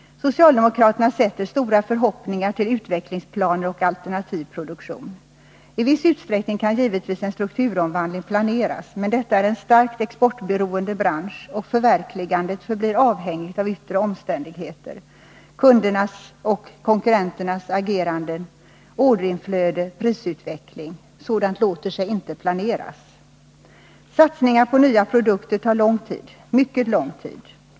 Socialdemokraterna sätter stora förhoppningar till utvecklingsplaner och alternativ produktion. I viss utsträckning kan givetvis en strukturomvandling planeras, men detta är en starkt exportberoende bransch, och förverkligandet blir avhängigt av yttre omständigheter. Kundernas och konkurrenternas agerande, orderinflödet, prisutvecklingen — sådant låter sig inte planeras. Satsningar på nya produkter tar lång tid, mycket lång tid.